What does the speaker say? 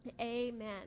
amen